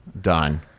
Done